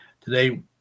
Today